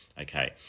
okay